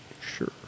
sure